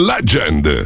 Legend